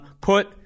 put